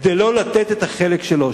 כדי לא לתת את החלק שלו.